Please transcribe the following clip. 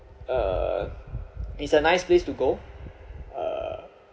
uh it's a nice place to go uh